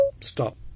Stop